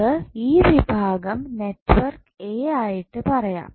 നമുക്ക് ഈ വിഭാഗം നെറ്റ്വർക്ക് എ ആയിട്ട് പറയാം